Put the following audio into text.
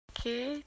Okay